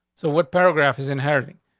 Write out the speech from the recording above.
so what paragraph is inheriting?